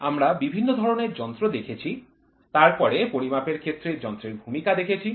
আমরা বিভিন্ন ধরণের যন্ত্র দেখেছি তারপরে পরিমাপের ক্ষেত্রে যন্ত্রের ভূমিকা দেখেছি